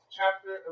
Chapter